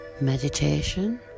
meditation